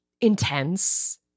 intense